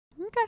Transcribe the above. Okay